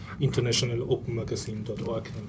internationalopenmagazine.org